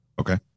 Okay